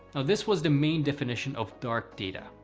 this was the main definition of dark data,